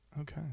Okay